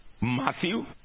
Matthew